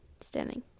standing